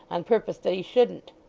on purpose that he shouldn't.